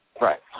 Right